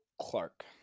Clark